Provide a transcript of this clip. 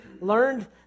learned